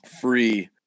free